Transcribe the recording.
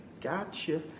Gotcha